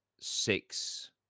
six